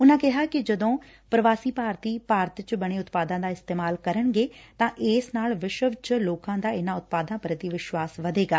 ਉਨਾ ਕਿਹਾ ਕਿ ਜਦੋ ਪੁਵਾਸੀ ਭਾਰਤੀ ਭਾਰਤ ਚ ਬਣੇ ਉਤਪਾਦਾਂ ਦਾ ਇਸਤੇਮਾਲ ਕਰਨਗੇ ਤਾਂ ਇਸ ਨਾਲ ਵਿਸ਼ਵ ਭਰ ਚ ਲੋਕਾਂ ਦਾ ਇਨਾਂ ਉਤਪਾਦਾਂ ਪ੍ਰਤੀ ਵਿਸ਼ਵਾਸ ਵਧੇਗਾ